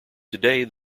today